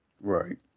Right